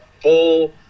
full